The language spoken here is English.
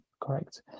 Correct